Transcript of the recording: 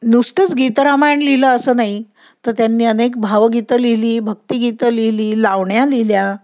नुसतंच गीतरामायण लिहिलं असं नाही तर त्यांनी अनेक भावगीतं लिहिली भक्तिगीतं लिहिली लावण्या लिहिल्या